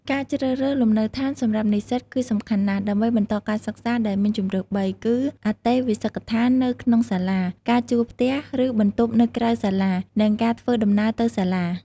ការជ្រើសរើសលំនៅដ្ឋានសម្រាប់និសិ្សតគឺសំខាន់ណាស់ ដើម្បីបន្តការសិក្សា ដែលមានជម្រើសបីគឺ អន្តេវាសិកដ្ឋាននៅក្នុងសាលា ការជួលផ្ទះ ឬបន្ទប់នៅក្រៅសាលា និង ការធ្វើដំណើរទៅសាលា។